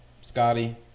Scotty